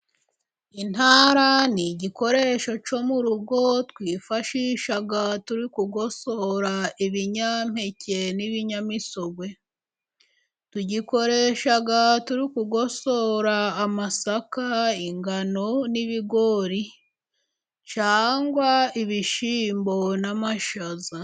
Intara n'igikoresho cyo mu rugo, twifashisha turi kugosohora ibinyampeke n'ibinyamisogwe, tugikoresha turikugosora amasaka, ingano, n'ibigori cyangwa ibishyimbo na mashaza.